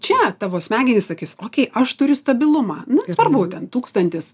čia tavo smegenys sakis okei aš turiu stabilumą svarbu ten tūkstantis